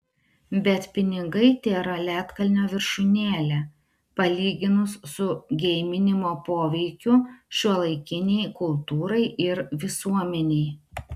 bet pinigai tėra ledkalnio viršūnėlė palyginus su geiminimo poveikiu šiuolaikinei kultūrai ir visuomenei